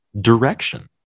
direction